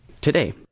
today